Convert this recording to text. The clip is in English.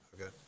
okay